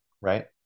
right